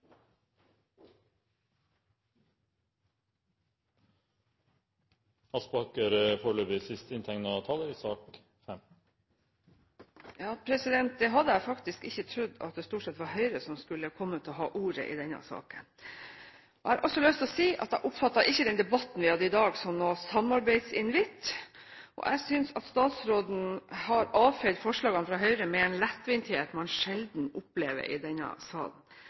hadde faktisk ikke trodd at det stort sett var Høyre som skulle komme til å ha ordet i denne saken. Jeg har også lyst til si at jeg ikke oppfatter den debatten vi har hatt i dag, som noen samarbeidsinvitt. Jeg synes at statsråden har avfeid forslagene fra Høyre med en lettvinthet man sjelden opplever i denne salen,